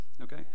okay